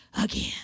again